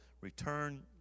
return